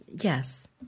Yes